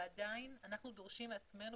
ועדיין אנחנו דורשים מעצמנו,